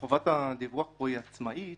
חובת הדיווח פה היא עצמאית.